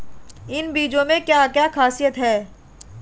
इन बीज में क्या क्या ख़ासियत है?